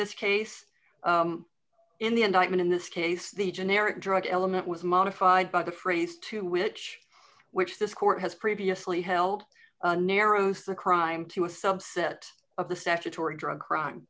this case in the indictment in this case the generic drug element was modified by the phrase to which which this court has previously held narrows the crime to a subset of the statutory drug crime